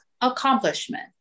accomplishment